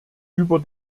über